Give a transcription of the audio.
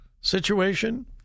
situation